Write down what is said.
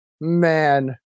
Man